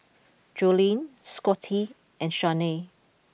Jolene Scottie and Shanae